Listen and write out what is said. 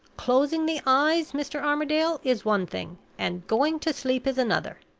closing the eyes, mr. armadale, is one thing, and going to sleep is another.